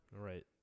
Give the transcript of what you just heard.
Right